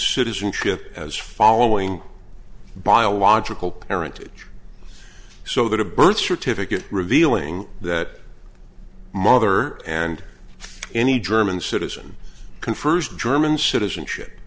citizenship as following biological parent so that a birth certificate revealing that mother and any german citizen confers german citizenship